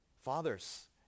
Fathers